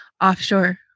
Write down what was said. offshore